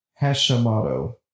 Hashimoto